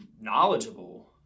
knowledgeable